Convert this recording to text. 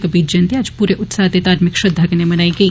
कबीर जयंती अज्ज पूरे उत्साह ते धार्मिक श्रद्वा कन्नै मनाई गेई